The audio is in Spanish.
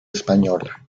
española